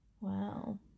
Wow